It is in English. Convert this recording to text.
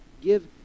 Give